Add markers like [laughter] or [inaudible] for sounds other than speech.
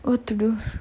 what to do [laughs]